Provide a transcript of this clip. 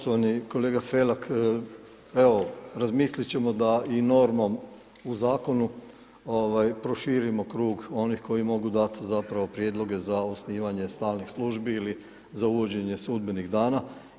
Poštovani kolega Felak, evo razmisliti ćemo da i normom u zakonu proširimo krug onih koji mogu dati zapravo prijedloge za osnivanje stalnih službi ili za uvođenje sudbenih dana.